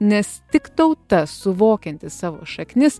nes tik tauta suvokianti savo šaknis